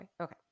Okay